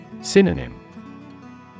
Synonym